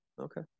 Okay